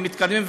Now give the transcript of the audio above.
והם מתקדמים,